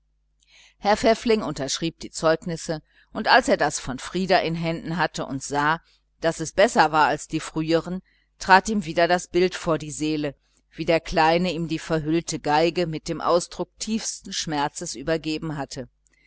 herr pfäffling unterschrieb die zeugnisse und als er das von frieder in händen hatte und sah daß es besser war als die früheren trat ihm wieder das bild vor die seele wie der kleine ihm die verhüllte violine mit dem ausdruck tiefsten schmerzes übergeben hatte